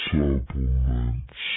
Supplements